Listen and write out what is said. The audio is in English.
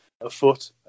afoot